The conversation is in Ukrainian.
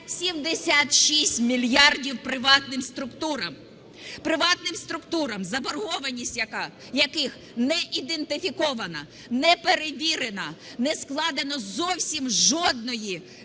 76 мільярдів приватним структурам. Приватним структурам, заборгованість яких не ідентифікована, не перевірена, не складено зовсім жодної